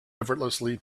effortlessly